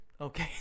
Okay